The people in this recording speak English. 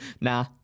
Nah